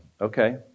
Okay